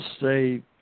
say